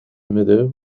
midden